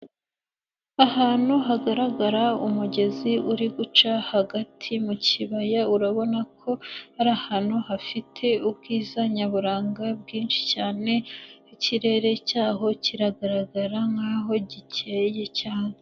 Ahantu hagaragara umugezi uri guca hagati mu kibaya, urabona ko ari ahantu hafite ubwiza nyaburanga bwinshi cyane, ikirere cyaho kiragaragara nkaho gikeye cyane.